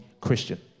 Christian